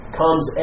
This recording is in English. comes